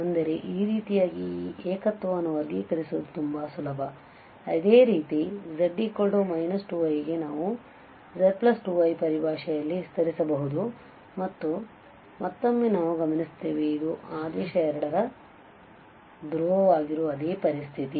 ಅಂದರೆ ಈ ರೀತಿಯಾಗಿ ಈ ಏಕತ್ವಗಳನ್ನು ವರ್ಗೀಕರಿಸುವುದು ತುಂಬಾ ಸುಲಭ ಆದ್ದರಿಂದ ಇದೇ ರೀತಿ z 2iಗೆ ಈಗ ನಾವು z2i ಪರಿಭಾಷೆಯಲ್ಲಿ ವಿಸ್ತರಿಸಬಹುದು ಮತ್ತು ಮತ್ತೊಮ್ಮೆ ನಾವು ಗಮನಿಸುತ್ತೇವೆ ಇದು ಆದೇಶ 2 ರ ಧ್ರುವವಾಗಿರುವ ಅದೇ ಪರಿಸ್ಥಿತಿ